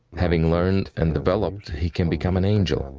having learnt and developed, he can become an angel.